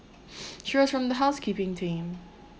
she was from the housekeeping team